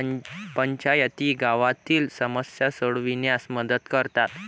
पंचायती गावातील समस्या सोडविण्यास मदत करतात